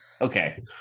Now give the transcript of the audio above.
Okay